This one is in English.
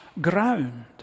ground